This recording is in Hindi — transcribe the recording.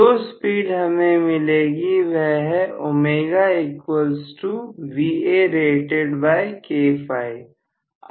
जो स्पीड हमें मिलेगी वह है